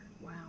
Wow